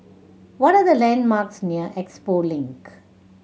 what are the landmarks near Expo Link